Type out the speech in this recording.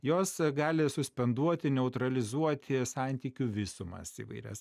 jos gali suspenduoti neutralizuoti santykių visumas įvairias